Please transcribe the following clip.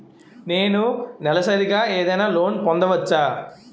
నేను నెలసరిగా ఏదైనా లోన్ పొందవచ్చా?